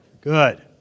good